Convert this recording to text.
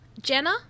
Jenna